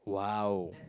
wow